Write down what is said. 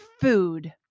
food